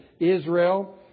Israel